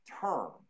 term